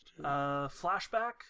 flashback